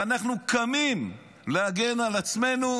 ואנחנו קמים להגן על עצמנו,